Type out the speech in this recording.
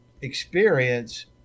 experience